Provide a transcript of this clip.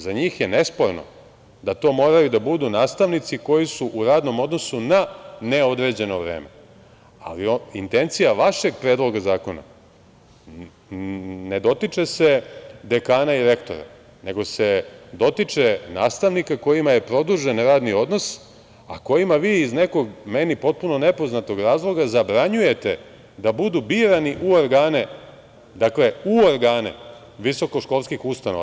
Za njih je nesporno da to moraju da budu nastavnici koji su u radnom odnosu na neodređeno vreme, ali intencija vašeg Predloga zakona ne dotiče se dekana i rektora, nego se dotiče nastavnika kojima je produžen radni odnos, a kojima vi, iz meni potpuno nepoznatog razloga, zabranjujete da budu birani u organe visokoškolskih ustanova.